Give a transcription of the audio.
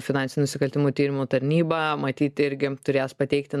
finansinių nusikaltimų tyrimų tarnyba matyt irgi turės pateikti